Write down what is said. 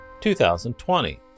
2020